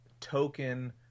token